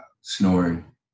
snoring